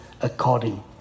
according